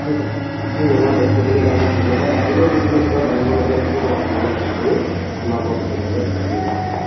আপুনি জনোৱা তথ্যখিনৰ কাৰণে ধন্যবাদ আগলৈও যদি মোৰ কিবা জানিবলগীয়া থাকে মই আপোনালৈ ফোন কৰিম আপোনাৰ পৰা বিতংভাৱে কথাখিনি জানি ল'ম